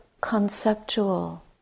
conceptual